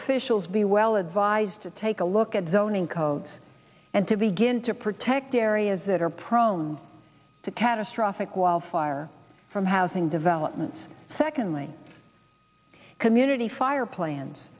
officials be well advised to take a look at zoning codes and to begin to protect areas that are prone to catastrophic wildfire from housing developments secondly community fire